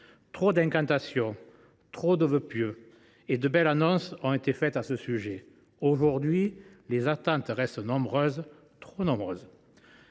Trop d’incantations, de vœux pieux et de belles annonces ont été faits à ce sujet. Aujourd’hui, les attentes restent nombreuses, trop nombreuses